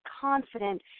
confident